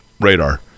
radar